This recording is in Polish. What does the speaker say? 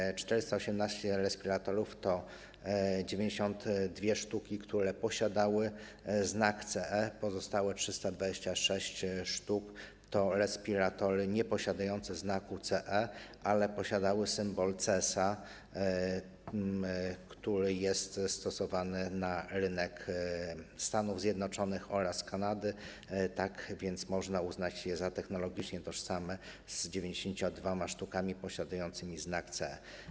Wśród tych 418 respiratorów 92 sztuki posiadały znak CE, pozostałe 326 sztuk to respiratory nieposiadające znaku CE, ale posiadające symbol CSA, który jest stosowany na rynek Stanów Zjednoczonych oraz Kanady, tak więc można uznać je za technologicznie tożsame z 92 sztukami posiadającymi znak CE.